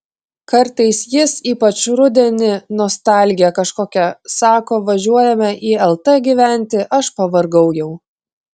kartais jis ypač rudenį nostalgija kažkokia sako važiuojame į lt gyventi aš pavargau jau